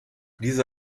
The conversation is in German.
diese